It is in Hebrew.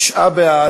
תשעה בעד,